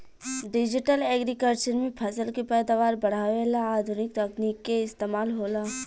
digital agriculture में फसल के पैदावार बढ़ावे ला आधुनिक तकनीक के इस्तमाल होला